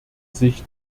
sich